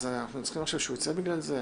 האם אנחנו צריכים שהוא יצא עכשיו בגלל זה?